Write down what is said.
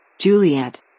Juliet